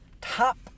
top